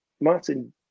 Martin